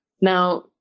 Now